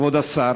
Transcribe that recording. כבוד השר,